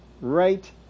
right